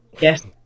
yes